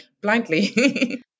blindly